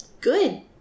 good